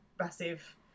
massive